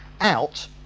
out